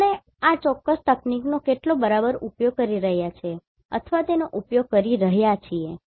તો આપણે આ ચોક્કસ તકનીકનો કેટલો બરાબર ઉપયોગ કરી રહ્યા છીએ અથવા તેનો ઉપયોગ કરી રહ્યા છીએ